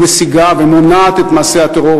ומסיגה ומונעת את מעשי הטרור,